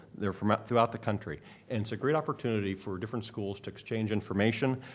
they're from throughout the country. and it's a great opportunity for different schools to exchange information,